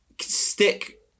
Stick